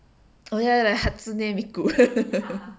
oh ya ya ya like hatsune miku